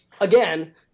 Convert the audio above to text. Again